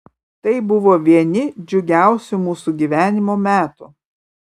tai buvo vieni džiugiausių mūsų gyvenimo metų